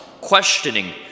questioning